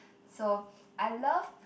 so I love